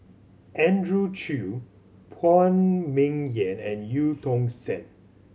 Andrew Chew Phan Ming Yen and Eu Tong Sen